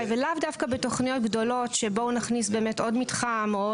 דווקא בתוכניות גדולות שבואו נכניס באמת עוד מתחם.